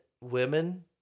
women